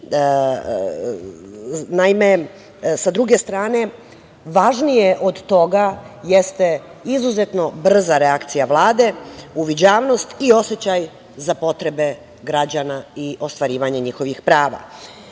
i došlo. Sa druge strane, važnije od toga jeste izuzetno brza reakcija Vlade, uviđavnost i osećaj za potrebe građana i ostvarivanje njihovih